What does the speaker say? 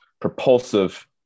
propulsive